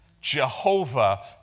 Jehovah